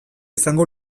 izango